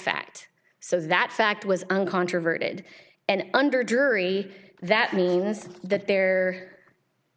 fact so that fact was uncontroverted and under jury that means that there